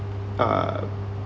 uh